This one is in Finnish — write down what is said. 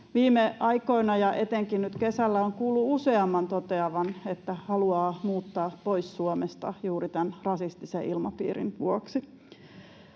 Viime aikoina ja etenkin nyt kesällä olen kuullut useamman toteavan, että he haluavat muuttaa pois Suomesta juuri tämän rasistisen ilmapiirin vuoksi.